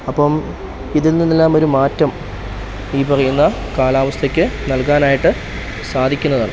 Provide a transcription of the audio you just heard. അപ്പം ഇതിൽ നിന്നെല്ലാം ഒരു മാറ്റം ഈ പറയുന്ന കാലാവസ്ഥയ്ക്ക് നൽകാനായിട്ട് സാധിക്കുന്നതാണ്